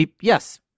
Yes